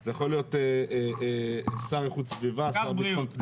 זה יכול להיות שר איכות סביבה, שר ביטחון פנים.